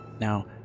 Now